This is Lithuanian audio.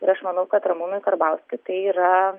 ir aš manau kad ramūnui karbauskiui tai yra